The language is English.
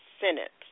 Senate